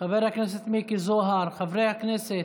חבר הכנסת מיקי זוהר, חברי הכנסת,